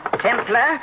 Templar